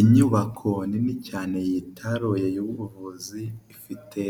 Inyubako nini cyane yitaroye y'ubuvuzi ifite